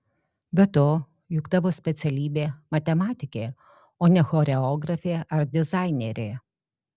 be to juk tavo specialybė matematikė o ne choreografė ar dizainerė